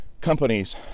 companies